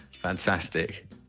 Fantastic